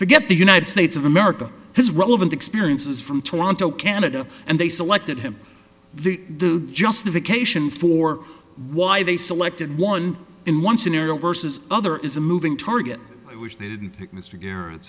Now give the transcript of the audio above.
forget the united states of america his relevant experience is from toronto canada and they selected him the justification for why they selected one in one scenario versus other is a moving target which they didn't pick mr gar